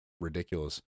ridiculous